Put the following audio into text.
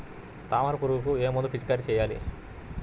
తామర పురుగుకు ఏ మందు పిచికారీ చేయాలి?